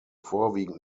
vorwiegend